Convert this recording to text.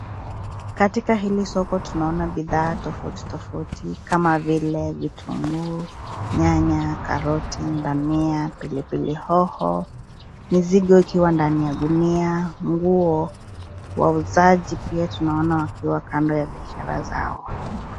Katika hili soko tunaona bidhaa tofauti tofauti kama vile vitunguu, nyanya, karoti, dania, pilipili hoho, mizigo ikiwa ndani ya gunia, nguo. Wauzaji pia tunaona wakiwa kando ya biashara zao.